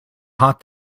hot